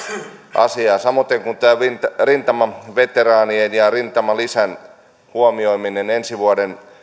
asiaa samoiten kuin rintamaveteraanien ja rintamalisän huomioimista ensi vuoden